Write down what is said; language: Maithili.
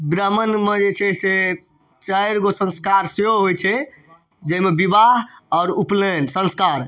ब्राह्मणमे जे छै से चारिगो सँस्कार सेहो होइ छै जाहिमे विवाह आओर उपनैन सँस्कार